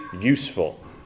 useful